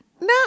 No